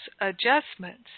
adjustments